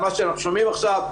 מה שאנחנו שומעים עכשיו,